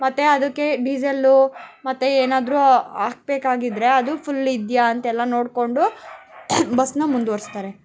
ಮತ್ತೆ ಅದಕ್ಕೆ ಡೀಸಲ್ಲು ಮತ್ತೆ ಏನಾದರೂ ಹಾಕಬೇಕಾಗಿದ್ರೆ ಅದು ಫುಲ್ ಇದೆಯಾ ಅಂತೆಲ್ಲ ನೋಡಿಕೊಂಡು ಬಸ್ಸನ್ನ ಮುಂದುವರ್ಸ್ತಾರೆ